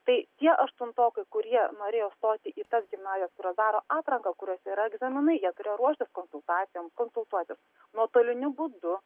tai tie aštuntokai kurie norėjo stoti į tas gimnazijas kurios daro atranką kuriose yra egzaminai jie turėjo ruoštis konsultacijom konsultuotis nuotoliniu būdu